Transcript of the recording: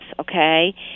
okay